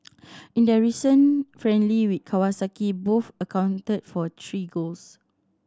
in their recent friendly with Kawasaki both accounted for three goals